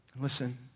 Listen